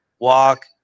walk